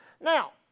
Now